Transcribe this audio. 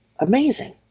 amazing